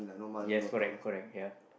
yes correct correct ya